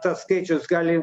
tas skaičius gali